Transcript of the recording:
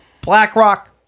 BlackRock